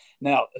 Now